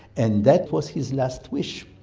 and that was his last wish.